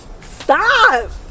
stop